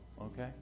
okay